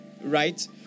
right